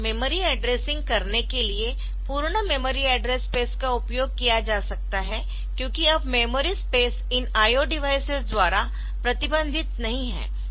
memory addressing करने के लिए पूर्ण मेमोरी एड्रेस स्पेस का उपयोग किया जा सकता है क्योंकि अब मेमोरी स्पेस इन IO डिवाइसेस द्वारा प्रतिबंधित नहीं है